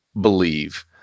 believe